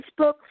Facebook